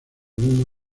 mismo